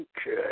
Okay